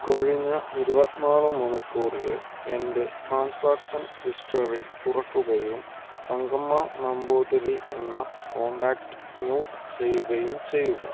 കഴിഞ്ഞ ഇരുപത്തി നാല് മണിക്കൂറിലെ എൻ്റെ ട്രാൻസാക്ഷൻ ഹിസ്റ്ററി തുറക്കുകയും തങ്കമ്മ നമ്പൂതിരി എന്ന കോണ്ടാക്റ്റ് മ്യുട്ട് ചെയ്യുകയും ചെയ്യുക